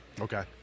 Okay